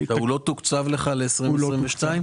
הוא לא תוקצב לשנת 2022?